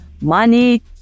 money